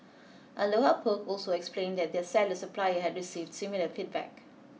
Aloha Poke also explained that their salad supplier had received similar feedback